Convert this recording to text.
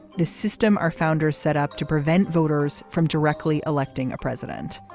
this system our founders set up to prevent voters from directly electing a president.